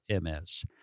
MS